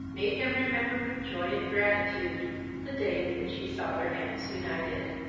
made him remember with joy and gratitude the day in which he saw their hands united.